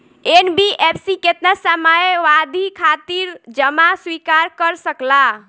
NBFC केतना समयावधि खातिर जमा स्वीकार कर सकला?